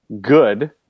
good